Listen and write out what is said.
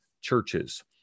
churches